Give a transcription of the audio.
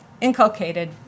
inculcated